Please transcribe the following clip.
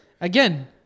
Again